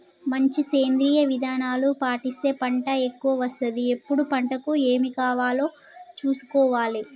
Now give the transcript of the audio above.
మంచి సేంద్రియ విధానాలు పాటిస్తే పంట ఎక్కవ వస్తది ఎప్పుడు పంటకు ఏమి కావాలో చూసుకోవాలే